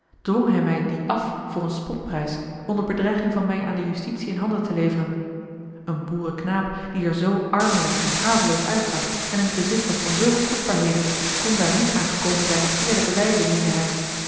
dwong hij mij dien af voor een spotprijs onder bedreiging van mij aan de justitie in handen te leveren een boerenknaap die er zoo armelijk en haveloos uitzag en in t bezit was van zulke kostbaarheden kon daar niet aan gekomen zijn op eerlijke wijze meende hij